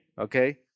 okay